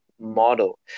model